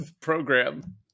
program